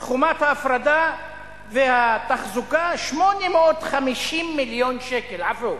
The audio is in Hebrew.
חומת ההפרדה והתחזוקה, 850 מיליון שקל, עפו,